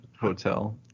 hotel